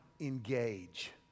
engage